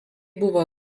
buvo